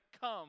come